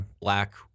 black